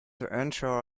earnshaw